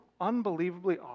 unbelievably